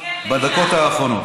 הקרדיט מגיע לאילן.